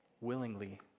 willingly